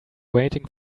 waiting